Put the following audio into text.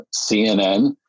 CNN